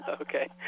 Okay